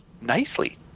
nicely